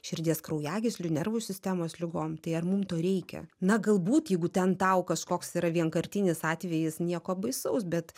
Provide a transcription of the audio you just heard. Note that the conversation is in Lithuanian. širdies kraujagyslių nervų sistemos ligom tai ar mums to reikia na galbūt jeigu ten tau kažkoks yra vienkartinis atvejis nieko baisaus bet